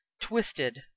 Twisted